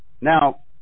Now